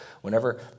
Whenever